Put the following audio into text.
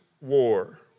war